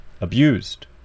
abused